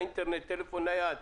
האינטרנט והטלפון הנייד,